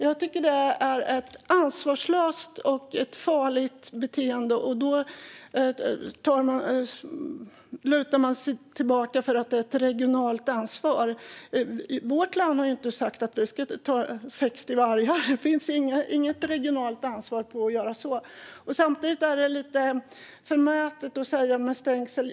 Jag tycker att det är ett ansvarslöst och farligt beteende. Man lutar sig tillbaka och säger att det är ett regionalt ansvar. Vårt län har inte sagt att vi ska ta 60 vargar. Det finns inget regionalt ansvar för att göra så. Samtidigt är det lite förmätet att tala om stängsel.